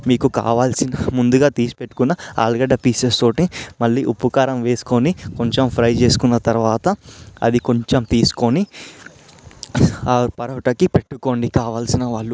మీకు కావాల్సిన ముందుగా తీసి పెట్టుకున్న ఆలుగడ్డ పీసెస్తో మళ్ళీ ఉప్పు కారం వేసుకొని కొంచెం ఫ్రై చేసుకున్న తరువాత అది కొంచెం తీసుకొని ఆ పరోటాకి పెట్టుకోండి కావలసిన వాళ్ళు